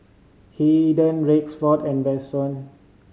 Haiden Rexford and Vashon